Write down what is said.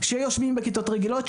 שיושבים בכיתות רגילות,